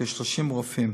וכ-30 רופאים.